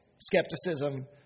Skepticism